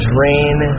Drain